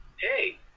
Hey